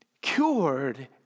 cured